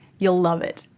you'll love it!